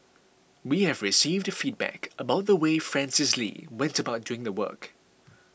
we have received feedback about the way Francis Lee went about doing the work